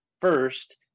first